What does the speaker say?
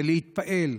זה להתפעל.